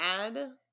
add